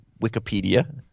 Wikipedia